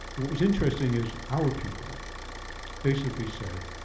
what was interesting is our people basically said,